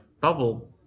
Bubble